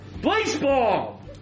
Baseball